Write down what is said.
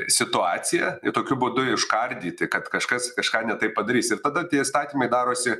situaciją tokiu būdu užkardyti kad kažkas kažką ne taip padarys tada tie įstatymai darosi